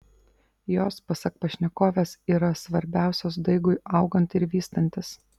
jos pasak pašnekovės yra svarbiausios daigui augant ir vystantis